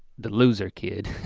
the loser kid.